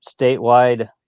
statewide